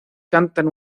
cantan